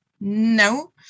no